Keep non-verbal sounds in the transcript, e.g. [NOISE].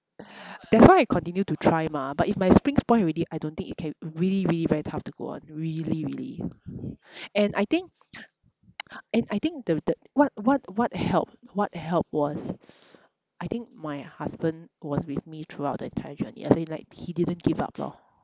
that's why I continue to try mah but if my spring spoil already I don't think it can really really very tough to go on really really and I think [NOISE] and I think the the what what what helped what helped was I think my husband was with me throughout the entire journey as in like he didn't give up lor